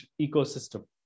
ecosystem